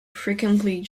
frequently